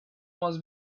was